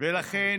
לכן